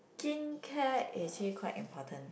skin care actually quite important